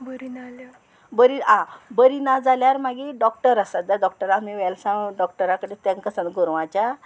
बरी नाल्या बरी आं बरी ना जाल्यार मागीर डॉक्टर आसात जाल्यार डॉक्टर आमी वेलसांव डॉक्टरा कडेन तांकां सांग गोरवाच्या